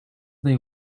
they